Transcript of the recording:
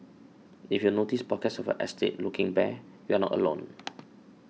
if you notice pockets of your estate looking bare you are not alone